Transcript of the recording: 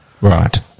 Right